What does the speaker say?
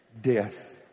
death